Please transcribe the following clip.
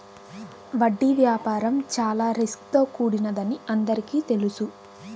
వడ్డీ వ్యాపారం చాలా రిస్క్ తో కూడినదని అందరికీ తెలుసు